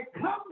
come